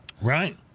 Right